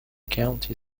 county